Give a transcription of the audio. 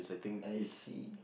I see